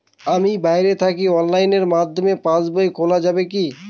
আমি বাইরে থাকি অনলাইনের মাধ্যমে পাস বই খোলা যাবে কি?